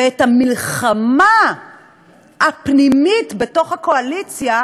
והמלחמה הפנימית בתוך הקואליציה,